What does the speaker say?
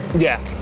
yeah.